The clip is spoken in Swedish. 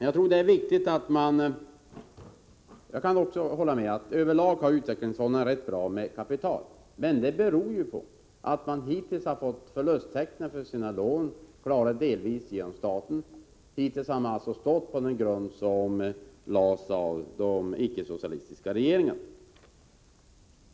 Jag kan hålla med om att utvecklingsfonderna över lag har rätt mycket kapital, men det beror ju på att man hittills har fått förlusttäckning för sina lån, delvis genom staten. Hittills har man alltså stått på den grund som lades av de icke-socialistiska regeringarna.